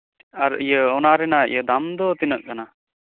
ᱟᱨ ᱤᱭᱟᱹ ᱚᱱᱟ ᱨᱮᱭᱟᱜ ᱫᱟᱢ ᱫᱚ ᱛᱤᱱᱟᱹᱜ ᱠᱟᱱᱟ